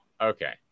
okay